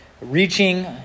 reaching